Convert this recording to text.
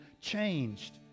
changed